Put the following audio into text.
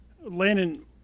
Landon